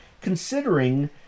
considering